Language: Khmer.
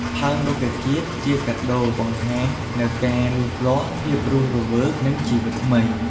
ផើងរុក្ខជាតិជាកាដូ បង្ហាញនូវការលូតលាស់ ភាពរស់រវើក និង ជីវិតថ្មី។